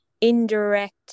indirect